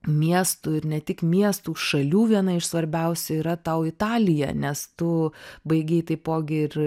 miestų ir ne tik miestų šalių viena iš svarbiausių yra tau italija nes tu baigei taipogi ir